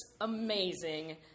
amazing